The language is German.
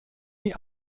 die